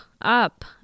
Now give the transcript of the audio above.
up